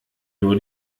nur